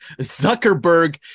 Zuckerberg